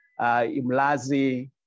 Imlazi